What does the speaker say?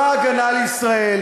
הנה עובדה,